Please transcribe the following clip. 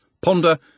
Ponder